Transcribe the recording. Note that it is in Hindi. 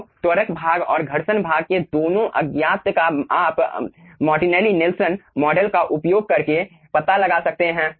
तो त्वरक भाग और घर्षण भाग के दोनों अज्ञात का आप मार्टिनली नेल्सन मॉडल का उपयोग करके पता लगा सकते हैं